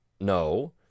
No